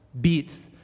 beats